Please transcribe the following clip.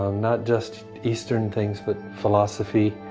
um not just eastern things but philosophy.